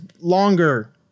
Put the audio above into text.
longer